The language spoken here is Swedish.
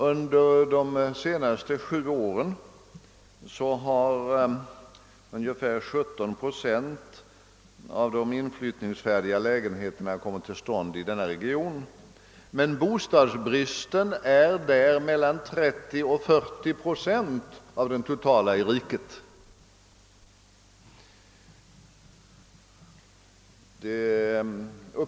Under de senaste sju åren 1962—568 har ungefär 17 procent av hela antalet inflyttningsfärdiga lägenheter i landet kommit till stånd i denna region. Men här finns mellan 30 och 40 procent av den totala bostadsbristen i riket.